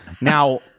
Now